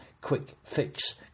quick-fix